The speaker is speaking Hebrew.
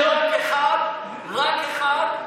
רק אחד,